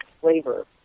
flavor